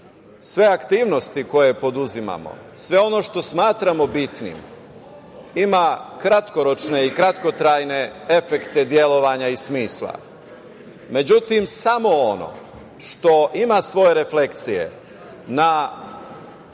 sve aktivnosti koje poduzimamo, sve ono što smatramo bitnim ima kratkoročne i kratkotrajne efekte delovanja i smisla. Međutim, samo ono što ima svoje refleksije na